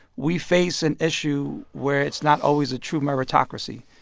we face an issue where it's not always a true meritocracy.